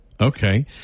Okay